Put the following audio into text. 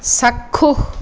চাক্ষুষ